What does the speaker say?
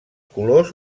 colors